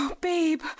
babe